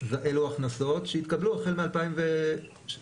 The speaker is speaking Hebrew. אלו הכנסות שהתקבלו החל מ-2011,